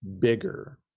bigger